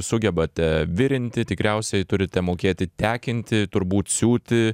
sugebate virinti tikriausiai turite mokėti tekinti turbūt siūti